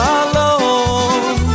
alone